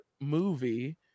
movie